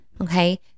Okay